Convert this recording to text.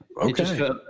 Okay